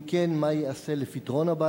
2. אם כן, מה ייעשה לפתרון הבעיה?